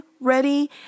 ready